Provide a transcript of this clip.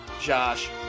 Josh